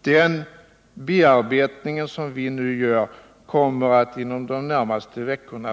Den bearbetning som vi nu gör kommer att vara fullföljd inom de närmaste veckorna.